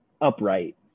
upright